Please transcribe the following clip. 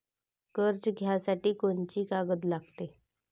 कर्ज घ्यासाठी कोनची कागद लागते?